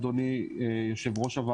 אדוני היושב-ראש,